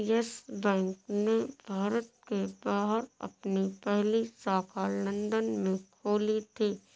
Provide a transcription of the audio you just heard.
yes Bank ने भारत के बाहर अपनी पहली शाखा लंदन में खोली थी